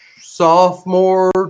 Sophomore